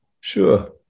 Sure